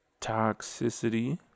Toxicity